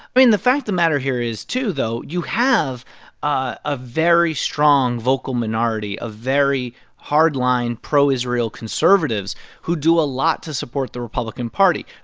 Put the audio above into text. i mean, the fact of the matter here is too, though, you have a a very strong vocal minority, a very hard-line, pro-israel conservatives who do a lot to support the republican party.